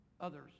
others